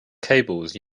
cables